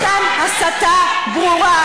יש כאן הסתה ברורה.